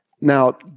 Now